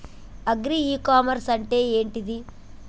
Agri e commerce అంటే ఏంటిది?